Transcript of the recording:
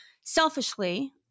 selfishly